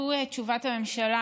זו תשובת הממשלה,